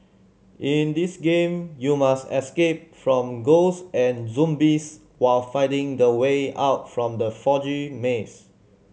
in this game you must escape from ghosts and zombies while finding the way out from the foggy maze